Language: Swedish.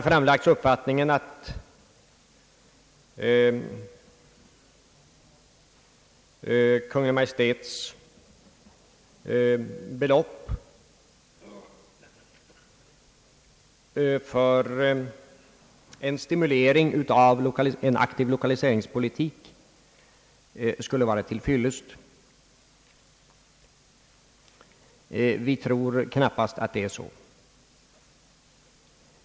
Utskottets uppfattning är att Kungl. Maj:ts belopp för en stimulering av en aktiv lokaliseringspolitik skulle vara till fyllest. Vi tror knappast att det är så.